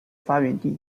发源地